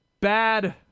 bad